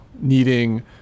needing